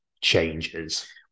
changes